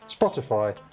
Spotify